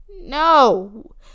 no